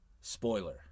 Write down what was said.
Spoiler